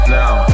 now